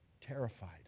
terrified